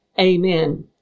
Amen